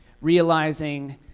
realizing